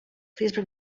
please